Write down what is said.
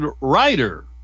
writer